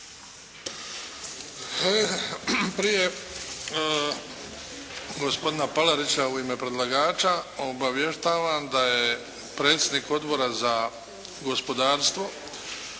Prije gospodina Palarića u ime predlagača, obavještavam da je predsjednik Odbora za gospodarstvo,